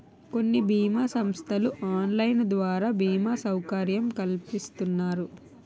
కొన్ని బీమా సంస్థలు ఆన్లైన్ ద్వారా బీమా సౌకర్యం కల్పిస్తున్నాయి